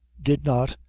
did not,